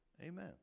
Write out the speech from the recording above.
Amen